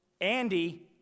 Andy